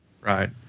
Right